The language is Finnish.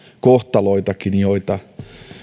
kohtaloitakin joita